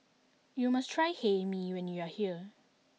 you must try Hae Mee when you are here